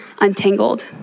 untangled